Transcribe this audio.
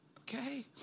Okay